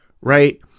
right